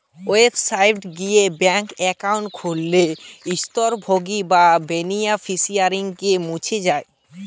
website গিয়ে bank account খুললে স্বত্বভোগী বা বেনিফিশিয়ারিকে মুছ যায়